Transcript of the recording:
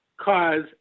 cause